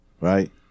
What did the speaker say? Right